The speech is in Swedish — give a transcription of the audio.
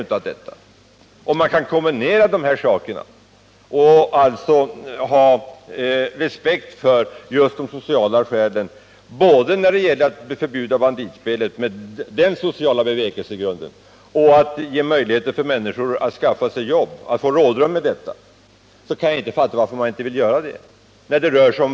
Vi reservanter anser att man måste kombinera de här sakerna och alltså ha respekt för de sociala skälen både när det gäller att förbjuda banditspelet och när det gäller att ge människor rådrum för att skaffa sig jobb. Det rör sig om fattiga tolv månader.